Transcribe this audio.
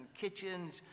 kitchens